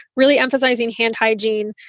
really emphasizing hand hygiene.